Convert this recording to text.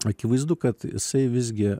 akivaizdu kad jisai visgi